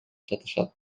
жатышат